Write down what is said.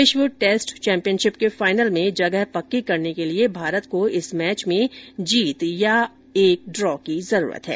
विश्व test championship के final में जगह पक्की करने के लिए भारत को इस मैच में जीत या एक ड्रॉ की जरूरत है